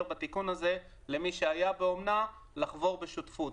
בתיקון הזה למי שהיה באומנה לחבור בשותפות.